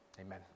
Amen